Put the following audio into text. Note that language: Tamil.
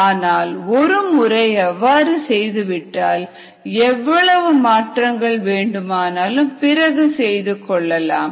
ஆனால் ஒரு முறை அவ்வாறு செய்துவிட்டால் எவ்வளவு மாற்றங்கள் வேண்டுமானாலும் பிறகு செய்து கொள்ளலாம்